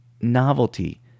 novelty